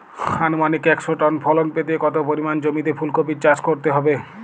আনুমানিক একশো টন ফলন পেতে কত পরিমাণ জমিতে ফুলকপির চাষ করতে হবে?